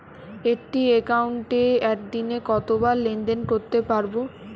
একটি একাউন্টে একদিনে কতবার লেনদেন করতে পারব?